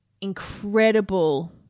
incredible